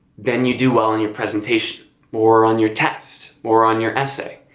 then you do well on your presentation or on your test or on your essay.